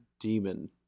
demon